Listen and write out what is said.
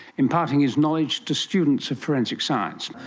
imparting his knowledge to students of forensic science,